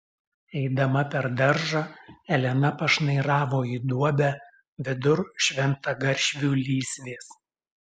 eidama per daržą elena pašnairavo į duobę vidur šventagaršvių lysvės